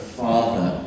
father